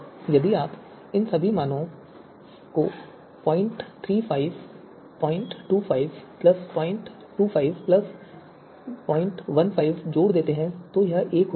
यदि आप इन सभी मानों को 035 025 025 015 जोड़ दें तो यह एक हो जाता है